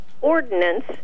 ordinance